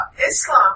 Islam